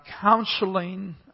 counseling